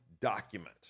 document